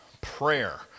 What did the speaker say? prayer